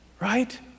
Right